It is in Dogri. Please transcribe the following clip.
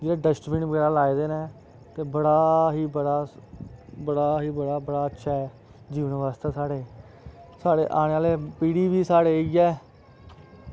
जेह्ड़े डस्टबिन वगैरा लाये दे न ते बड़ा ही बड़ा बड़ा ही बड़ा अच्छा ऐ जीवन वास्तै साढ़े साढ़े आने आह्ले पीढ़ी वी साढ़े इयै